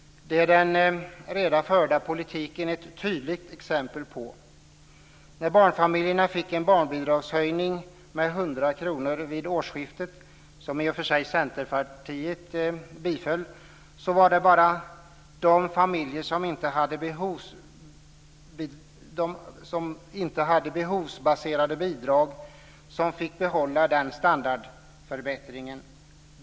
Det är den redan förda politiken ett tydligt exempel på. När barnfamiljerna fick en barnbidragshöjning med 100 kr vid årsskiftet, som i och för sig Centerpartiet biföll, var det bara de familjer som inte hade behovsbaserade bidrag som fick behålla den standardförbättringen.